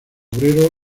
obrero